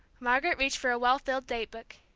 margaret reached for a well-filled date-book.